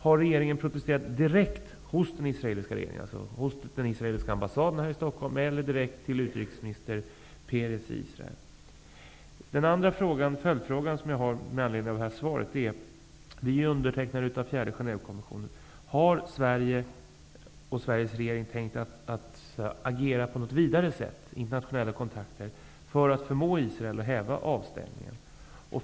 Har regeringen protesterat direkt hos den israeliska regeringen, dvs. hos den israeliska ambassaden i Stockholm eller direkt till utrikesminister Perez i Israel? Jag har även ett par andra följdfrågor. Sverige har undertecknat fjärde Genèvekonventionen. Har Sverige och Sveriges regering tänkt att agera på något vidare sätt, dvs. med hjälp av internationella kontakter, för att förmå Israel att häva avstängningen?